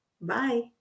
Bye